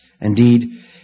Indeed